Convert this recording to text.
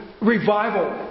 Revival